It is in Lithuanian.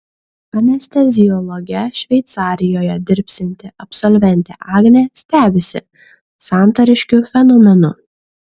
anesteziologe šveicarijoje dirbsianti absolventė agnė stebisi santariškių fenomenu